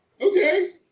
Okay